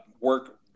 work